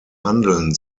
handeln